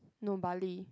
no Bali